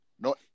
No